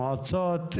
מועצות,